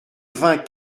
vingt